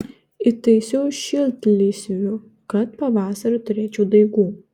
įtaisiau šiltlysvių kad pavasarį turėčiau daigų